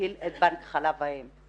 שיפעיל את בנק חלב האם.